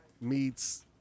meets